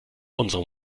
unserem